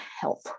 help